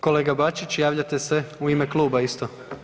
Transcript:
Kolega Bačić, javljate se u ime kluba isto?